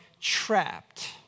trapped